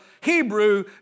Hebrew